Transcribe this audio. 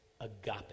agape